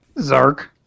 zark